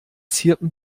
zirpen